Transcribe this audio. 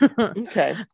Okay